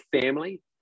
family